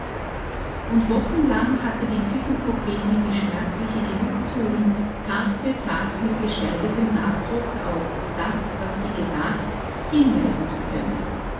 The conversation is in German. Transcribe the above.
und wochenlang hatte die küchenprophetin die schmerzliche genugthuung tag für tag mit gesteigertem nachdruck auf das was sie gesagt hinweisen zu können